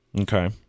Okay